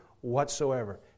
whatsoever